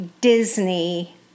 Disney